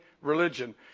religion